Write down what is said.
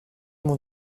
mon